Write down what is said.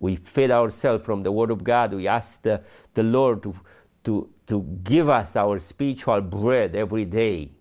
we fail ourselves from the word of god we asked the lord to do to give us our speech our bread every day